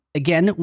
again